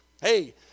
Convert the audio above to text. Hey